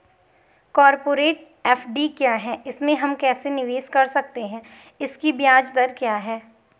Corporate FD क्या है इसमें हम कैसे निवेश कर सकते हैं इसकी ब्याज दर क्या है?